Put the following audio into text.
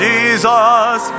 Jesus